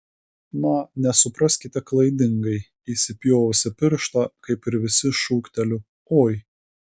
na nesupraskite klaidingai įsipjovusi pirštą kaip ir visi šūkteliu oi